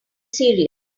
serious